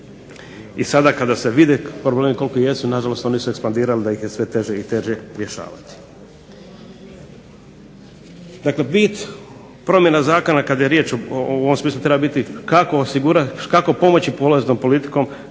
I sada kada se vide problemi koliki jesu, na žalost oni su ekspandirali da ih je sve teže i teže rješavati. Dakle, bit promjena zakona kada je riječ u ovom smislu treba biti kako pomoći polaznom politikom